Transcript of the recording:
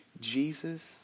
Jesus